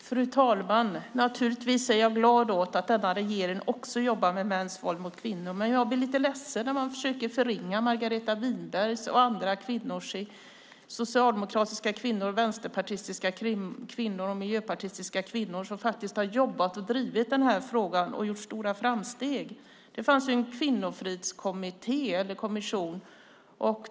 Fru talman! Jag är naturligtvis glad över att denna regering också jobbar med mäns våld mot kvinnor. Men jag blir lite ledsen när man försöker förringa Margareta Winberg och andra socialdemokratiska, vänsterpartistiska och miljöpartistiska kvinnor som har jobbat och drivit den här frågan och har gjort stora framsteg. Det fanns en kvinnofridskommission.